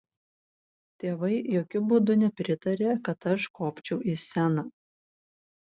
tėvai jokiu būdu nepritarė kad aš kopčiau į sceną